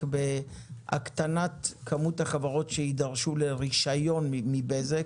בהקטנת כמות החברות שיידרשו לרישיון מבזק,